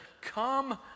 come